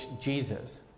Jesus